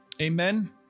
Amen